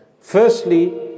Firstly